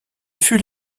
fut